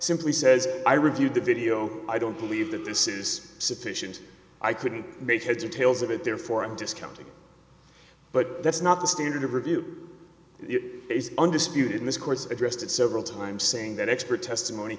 simply says i reviewed the video i don't believe that this is sufficient i couldn't make heads or tails of it therefore i'm discounting but that's not the standard of review is undisputed in this course addressed it several times saying that expert testimony